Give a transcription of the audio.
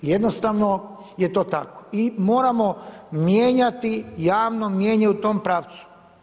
Jednostavno je to tako i moramo mijenjati javno mnijenje u tom pravcu.